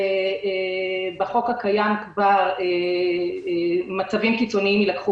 ובחוק הקיים כבר מצבים קיצוניים יילקחו